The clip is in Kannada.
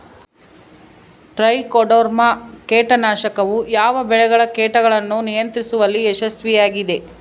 ಟ್ರೈಕೋಡರ್ಮಾ ಕೇಟನಾಶಕವು ಯಾವ ಬೆಳೆಗಳ ಕೇಟಗಳನ್ನು ನಿಯಂತ್ರಿಸುವಲ್ಲಿ ಯಶಸ್ವಿಯಾಗಿದೆ?